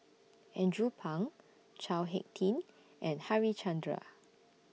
Andrew Phang Chao Hick Tin and Harichandra